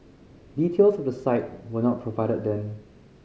details of the site were not provided then